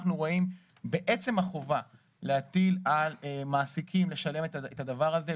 אנחנו רואים בעצם החובה להטיל על מעסיקים לשלם את הדבר הזה,